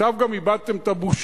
עכשיו גם איבדתם את הבושה.